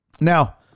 Now